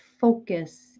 focus